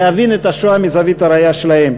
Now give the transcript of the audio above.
להבין את השואה מזווית הראייה שלהם.